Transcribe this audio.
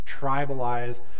tribalize